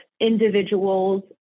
individuals